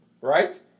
right